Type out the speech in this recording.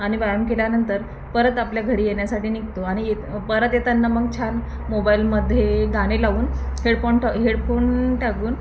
आणि व्यायाम केल्यानंतर परत आपल्या घरी येण्या्साठी निघतो आणि य परत येताना मग छान मोबाईलमध्ये गाणे लावून हेडफोन हेडफोन टाकून